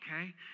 Okay